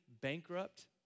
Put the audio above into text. bankrupt